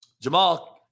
Jamal